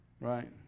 Right